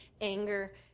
anger